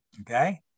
Okay